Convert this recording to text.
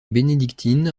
bénédictines